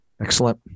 Excellent